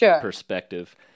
perspective